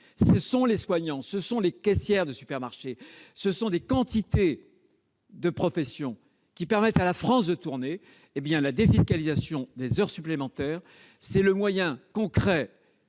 ligne : les soignants, les caissières de supermarché, des quantités de professions qui permettent à la France de tourner. La défiscalisation des heures supplémentaires est le moyen concret